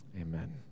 Amen